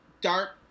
Dark